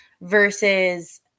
versus